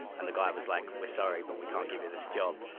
and the guy was like, we're sorry, but we can't give you this job,